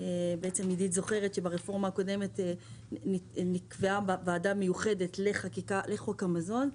מנהלת הוועדה זוכרת שברפורמה הקודמת נקבע בוועדה המיוחדת לחוק המזון,